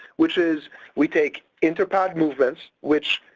which is we take inter-padd movements which,